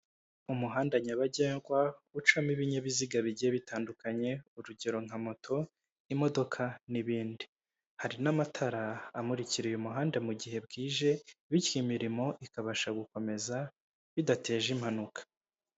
Umuhanda nyabagendwa ucamo ibinyabiziga bigiye bitandukanye, urugero nka moto, imodoka n'ibindi, hari n'amatara amurikira uyu umuhanda mu gihe bwije, bityo imirimo ikabasha gukomeza bidateje impanuka.